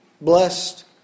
Blessed